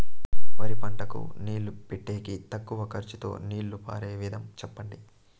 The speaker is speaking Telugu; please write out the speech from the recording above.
వరి పంటకు నీళ్లు పెట్టేకి తక్కువ ఖర్చుతో నీళ్లు పారే విధం చెప్పండి?